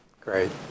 great